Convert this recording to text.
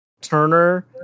Turner